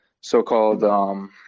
so-called